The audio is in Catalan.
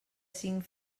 cinc